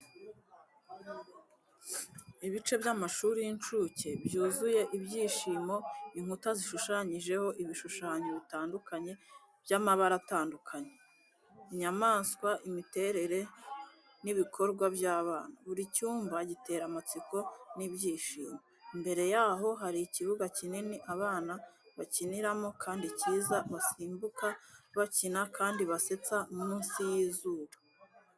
Ibice by’amashuri y’incuke byuzuye ibyishimo, inkuta zishushanyijeho ibishushanyo bitandukanye by’amabara atandukanye, inyamaswa, imiterere, n’ibikorwa by’abana. Buri cyumba gitera amatsiko n’ibyishimo. Imbere yaho hari ikibuga kinini abana bakiniramo kandi cyiza, basimbuka, bakina, kandi basetsa munsi y’izuba.